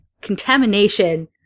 Contamination